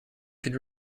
could